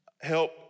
help